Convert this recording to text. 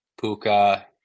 Puka